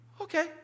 Okay